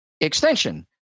extension